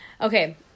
Okay